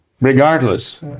regardless